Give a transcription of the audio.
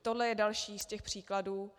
Tohle je další z těch příkladů.